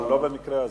אבל לא במקרה הזה.